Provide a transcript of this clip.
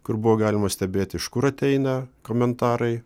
kur buvo galima stebėti iš kur ateina komentarai